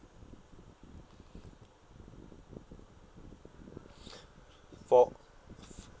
for